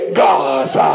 gods